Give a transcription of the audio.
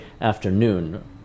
afternoon